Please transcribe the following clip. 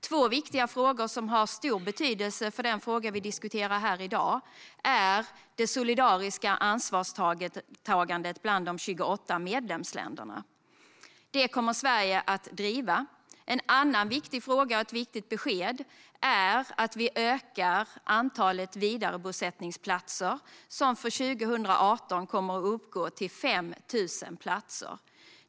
En viktig fråga som har stor betydelse för den fråga vi diskuterar här i dag är det solidariska ansvarstagandet bland de 28 medlemsländerna. En annan viktig fråga och ett viktigt besked är att vi ökar antalet vidarebosättningsplatser. Det kommer under 2018 att uppgå till 5 000 platser.